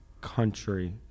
country